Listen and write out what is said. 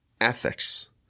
ethics